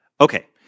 okay